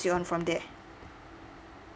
on from there